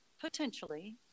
potentially